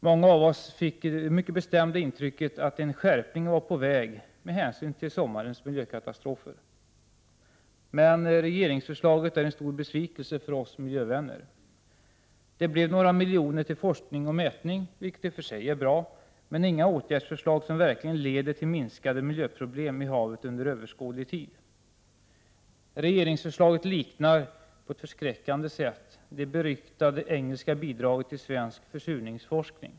Många av oss fick det mycket bestämda intrycket att en skärpning var på väg med hänsyn till sommarens miljökatastrofer. Men regeringsförslaget är en stor besvikelse för oss miljövänner. Det blev några miljoner till forskning och mätning, vilket i och för sig är bra, men inga åtgärdsförslag som under överskådlig tid verkligen leder till minskade miljöproblem i havet. Regeringsförslaget liknar, på ett förskräckande sätt, det beryktade engelska bidraget till svensk försurningsforskning.